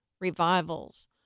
revivals